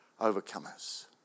overcomers